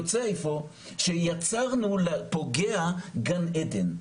יוצא איפה שיצרנו לפוגע גן עדן,